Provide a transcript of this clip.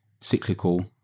cyclical